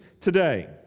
today